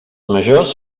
majors